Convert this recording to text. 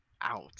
out